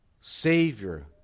Savior